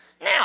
Now